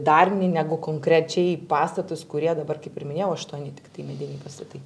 darinį negu konkrečiai pastatus kurie dabar kaip ir minėjau aštuoni tiktai mediniai pastatai